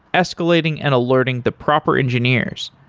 escalating and alerting the proper engineers,